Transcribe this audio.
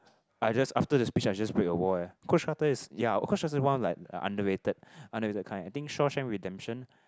I just after the speech I just break a wall eh Coach Carter is ya Coach Carter is one of like underrated underrated kind I think Shawshank Redemption